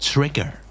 Trigger